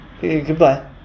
Goodbye